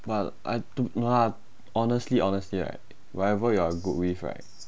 but I don't know I honestly honestly right whatever you are good with right